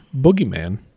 boogeyman